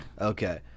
okay